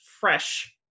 fresh